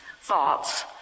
thoughts